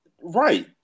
right